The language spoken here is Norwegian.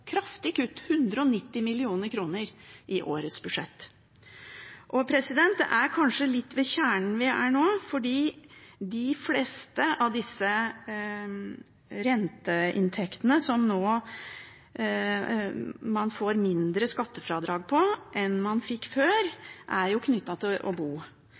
190 mill. kr i årets budsjett. Vi er kanskje ved kjernen nå, for de fleste av renteinntektene som man nå får mindre skattefradrag for enn man fikk før, er knyttet til å bo.